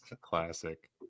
Classic